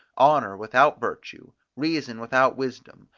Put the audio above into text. honour without virtue, reason without wisdom,